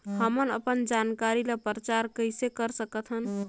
हमन अपन जानकारी ल प्रचार कइसे कर सकथन?